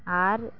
ᱟᱨ